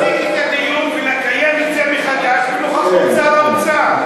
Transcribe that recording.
הצעה לסדר: להפסיק את הדיון ולקיים את זה מחדש בנוכחות שר האוצר.